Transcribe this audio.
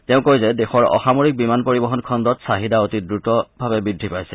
তেওঁ কয় যে দেশৰ অসামিৰক বিমান পৰিবহণ খণ্ডত চাহিদা অতি দ্ৰুতভাৱে বৃদ্ধি পাইছে